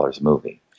movie